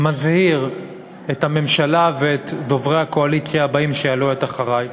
אני מזהיר את הממשלה ואת דוברי הקואליציה הבאים שיעלו אחרי: